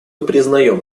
признаем